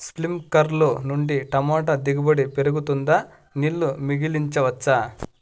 స్ప్రింక్లర్లు నుండి టమోటా దిగుబడి పెరుగుతుందా? నీళ్లు మిగిలించవచ్చా?